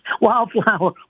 wildflower